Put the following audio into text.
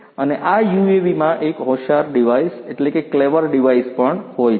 અને આ યુએવી માં એક હોશિયાર ડિવાઇસ પણ છે